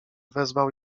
wezwał